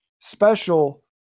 special